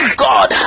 god